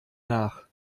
nach